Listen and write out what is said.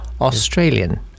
Australian